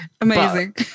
Amazing